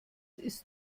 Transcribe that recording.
ist